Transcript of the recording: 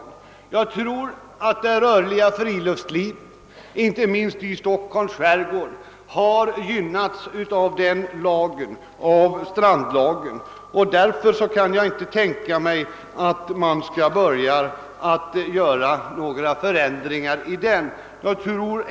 Enligt min uppfattning har det rörliga friluftslivet, inte minst i Stockholms skärgård, gynnats av strandlagen, och därför kan jag inte tänka mig att vi skall börja göra några förändringar i den.